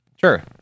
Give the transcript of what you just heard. Sure